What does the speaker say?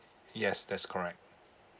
yes that's correct